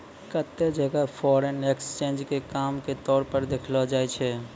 केत्तै जगह foreign exchange के काम के तौर पर देखलो जाय छै